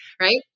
Right